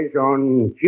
on